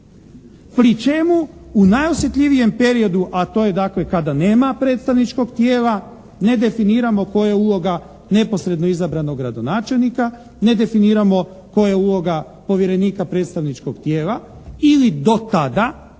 pri čemu u najosjetljivijem periodu a to je dakle kada nema predstavničkog tijela, ne definiramo koja je uloga neposredno izabranog gradonačelnika, ne definiramo koja je uloga povjerenika predstavničkog tijela ili do tada,